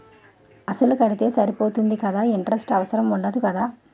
అసలు కడితే సరిపోతుంది కదా ఇంటరెస్ట్ అవసరం ఉండదు కదా?